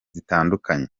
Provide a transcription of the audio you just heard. zitandukanye